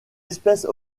espèce